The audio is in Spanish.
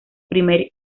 primer